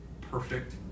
perfect